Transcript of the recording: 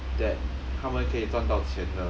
that 他们可以赚到钱的